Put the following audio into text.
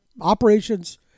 operations